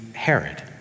Herod